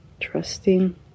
Trusting